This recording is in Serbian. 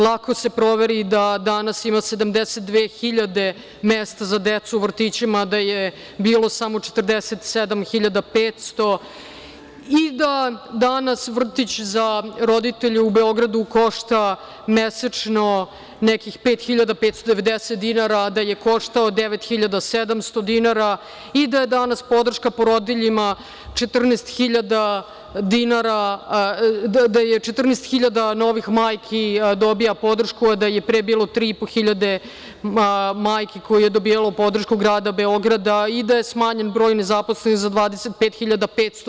Lako se proveri da danas imamo 72 hiljade mesta za decu u vrtićima, da je bilo samo 47.500 i da danas vrtić za roditelje u Beogradu košta mesečno nekih 5.590 dinara, a da je koštao 9.700 dinara i da je danas podrška porodiljama 14.000 dinara, da 14.000 novih majki dobija podršku, a da je pre bilo 3.500 hiljade majki koja je dobijalo podršku Grada Beograda i da je smanjen broj nezaposlenosti za 25.500.